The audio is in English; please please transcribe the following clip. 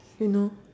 you know